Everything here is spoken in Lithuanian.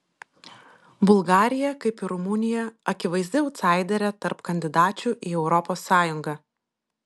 bulgarija kaip ir rumunija akivaizdi autsaiderė tarp kandidačių į europos sąjungą